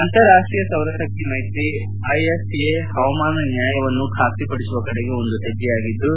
ಅಂತಾರಾಷ್ಷೀಯ ಸೌರಶಕ್ತಿ ಮೈತ್ರಿ ಐಎಸ್ ಎ ಪವಾಮಾನ ನ್ನಾಯವನ್ನು ಖಾತ್ರಪಡಿಸುವ ಕಡೆಗೆ ಒಂದು ಹೆಜ್ಜೆಯಾಗಿದ್ಲು